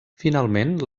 finalment